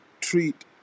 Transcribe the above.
treat